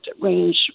range